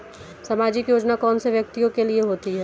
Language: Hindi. सामाजिक योजना कौन से व्यक्तियों के लिए होती है?